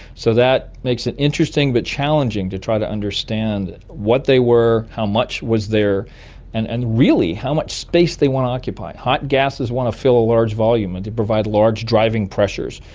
so that makes it interesting but challenging to try to understand what they were, how much was there and and really how much space they what to occupy. hot gases want to fill a large volume and to provide large driving pressures,